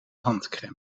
handcrème